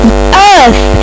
earth